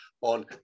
on